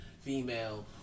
female